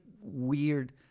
weird